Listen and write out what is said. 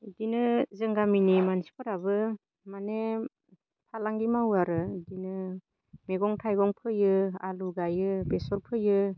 इदिनो जों गामिनि मानसिफोराबो माने फालांगि मावो आरो इदिनो मैगं थाइगं फोयो आलु गायो बेसर फोयो